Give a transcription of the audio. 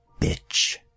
bitch